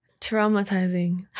Traumatizing